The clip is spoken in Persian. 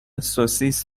سوسیس